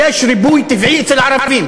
יש ריבוי טבעי אצל ערבים.